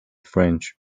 french